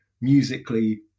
musically